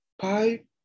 pipe